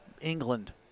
England